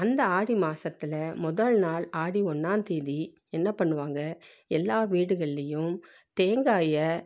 அந்த ஆடி மாதத்துல முதல் நாள் ஆடி ஒன்றாந்தேதி என்ன பண்ணுவாங்க எல்லா வீடுகள்லேயும் தேங்காயை